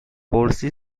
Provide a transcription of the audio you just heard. policy